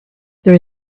there